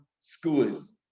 schools